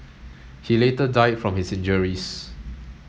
he later died from his injuries